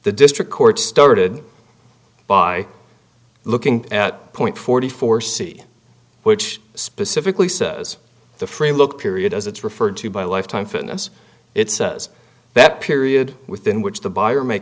the district court started by looking at point forty four c which specifically says the free look period as it's referred to by lifetime fitness it says that period within which the buyer ma